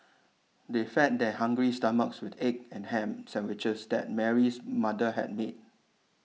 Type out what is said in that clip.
they fed their hungry stomachs with the egg and ham sandwiches that Mary's mother had made